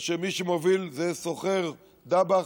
ומי שמוביל זה סוחר דבאח,